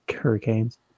Hurricanes